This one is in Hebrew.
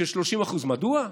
של 30%. מדוע?